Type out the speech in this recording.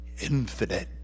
infinite